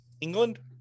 England